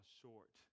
short